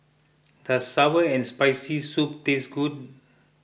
does Sour and Spicy Soup taste good